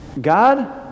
God